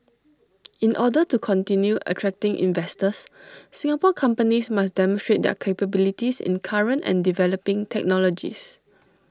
in order to continue attracting investors Singapore companies must demonstrate their capabilities in current and developing technologies